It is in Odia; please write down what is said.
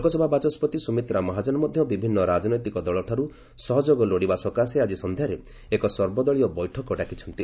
ଲୋକସଭା ବାଚସ୍କତି ସୁମିତ୍ରା ମହାଜନ ମଧ୍ୟ ବିଭିନ୍ନ ରାଜନୈତିକ ଦଳଠାରୁ ସହଯୋଗ ଲୋଡ଼ିବା ସକାଶେ ଆଜି ସନ୍ଧ୍ୟାରେ ଏକ ସର୍ବଦଳୀୟ ବୈଠକ ଡାକିଛନ୍ତି